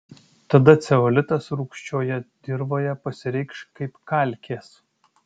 tada ceolitas rūgščioje dirvoje pasireikš kaip kalkės